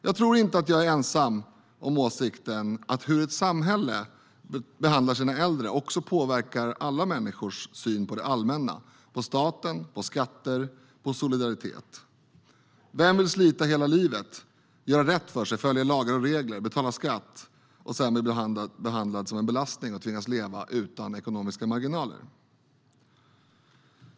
Jag tror inte jag är ensam om åsikten att hur ett samhälle behandlar sina äldre också påverkar alla människors syn på det allmänna, på staten, på skatter och på solidaritet. Vem vill slita hela livet, göra rätt för sig, följa lagar och regler, betala skatt och sedan bli behandlad som en belastning och tvingas leva utan ekonomiska marginaler?